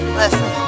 listen